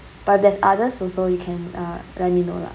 but there's others also you can uh let me know lah